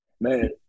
Man